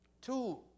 two